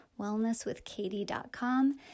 wellnesswithkatie.com